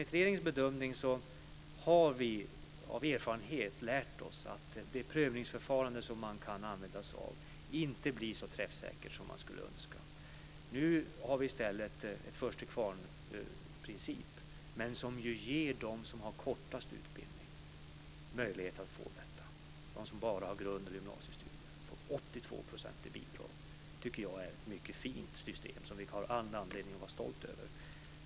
I regeringen har vi av erfarenhet lärt oss att det prövningsförfarande som man kan använda sig av inte blir så träffsäkert som man skulle önska. Nu har vi i stället en först-till-kvarn-princip som ju ger dem som har kortast utbildning möjlighet att få detta. De som bara har grundskole eller gymnasiestudier får 82 % i bidrag. Det tycker jag är ett mycket fint system som vi har all anledning att vara stolta över.